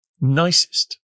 nicest